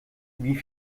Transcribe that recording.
wie